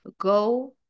go